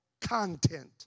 content